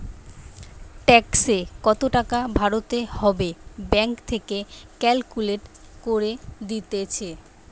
ট্যাক্সে কত টাকা ভরতে হবে ব্যাঙ্ক থেকে ক্যালকুলেট করে দিতেছে